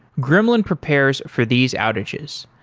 gremlin prepares for these outages.